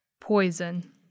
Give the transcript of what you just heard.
Poison